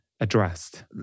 addressed